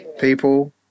people